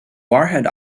warhead